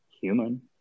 human